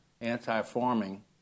anti-farming